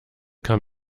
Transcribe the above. kam